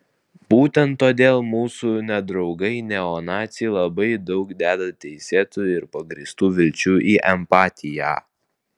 būtent todėl mūsų nedraugai neonaciai labai daug deda teisėtų ir pagrįstų vilčių į empatiją